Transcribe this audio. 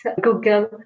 Google